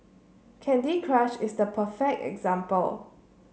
Candy Crush is the perfect example